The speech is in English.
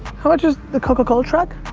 how much is the coca-cola truck?